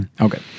Okay